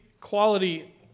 quality